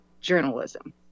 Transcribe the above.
journalism